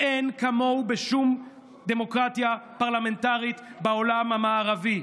אין כמוהו בשום דמוקרטיה פרלמנטרית בעולם המערבי.